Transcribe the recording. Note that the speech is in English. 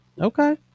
Okay